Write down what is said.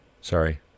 sorry